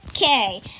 Okay